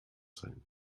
sein